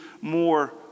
more